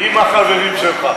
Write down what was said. הם היו בוועדות אחרות,